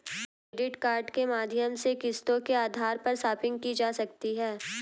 credit card के माध्यम से किस्तों के आधार पर शापिंग की जा सकती है